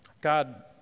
God